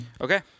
Okay